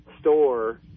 store